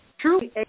truly